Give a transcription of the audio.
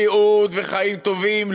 בריאות וחיים טובים,